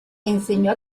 enseñó